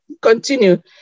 continue